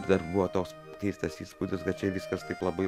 dar buvo toks keistas įspūdis bet čia viskas taip labai